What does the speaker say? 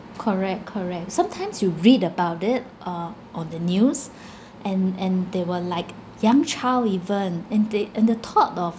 correct correct sometimes you read about it uh on the news and and they were like young child even and they and the thought of